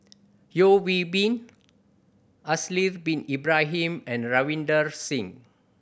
Yeo Hwee Bin Haslir Bin Ibrahim and Ravinder Singh